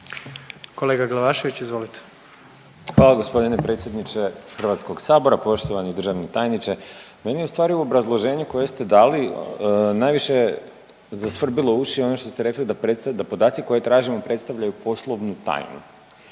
**Glavašević, Bojan (Nezavisni)** Poštovani državni tajniče. Meni je ustvari u obrazloženju koje ste dali najviše zasvrbilo uši ono što ste rekli da podaci koje tražimo predstavljaju poslovnu tajnu.